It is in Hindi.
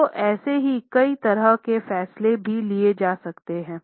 तो ऐसे ही कई तरह के फैसले भी लिए जा सकते हैं